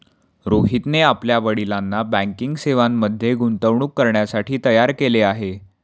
रोहितने आपल्या वडिलांना बँकिंग सेवांमध्ये गुंतवणूक करण्यासाठी तयार केले आहे